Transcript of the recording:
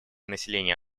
населения